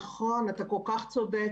נכון, אתה כל כך צודק.